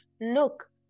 look